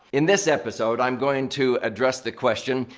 in this episode, i'm going to address the question,